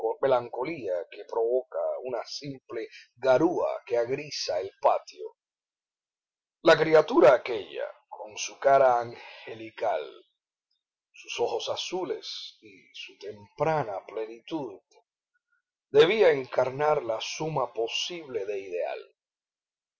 melancolía que provoca una simple garúa que agrisa el patio la criatura aquella con su cara angelical sus ojos azules y su temprana plenitud debía encarnar la suma posible de ideal